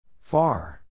Far